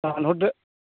दानहरदो